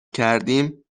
کردیم